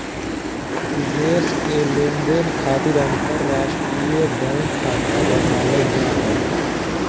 विदेश के लेनदेन खातिर अंतर्राष्ट्रीय बैंक खाता बनावल जा हय